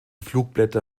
flugblätter